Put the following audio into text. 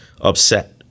upset